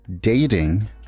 dating